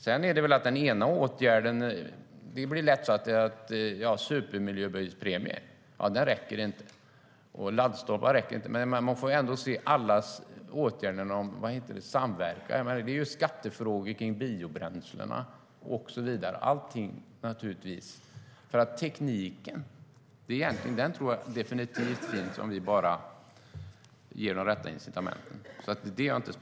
Det är lätt att säga att supermiljöbilspremien inte räcker och att laddstolparna inte räcker. Men man får ju se på alla åtgärder om man inte vill samverka. Det är skattefrågor kring biobränslen och så vidare. Tekniken är jag inte speciellt orolig för, om vi bara ger de rätta incitamenten.